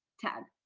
ted.